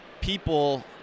people